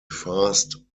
fast